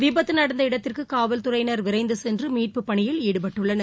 விபத்து நடந்த இடத்திற்கு காவல்துறையினர் விரைந்து சென்று மீட்புப் பணியில் ஈடுபட்டுள்ளார்கள்